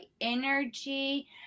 energy